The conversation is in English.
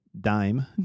dime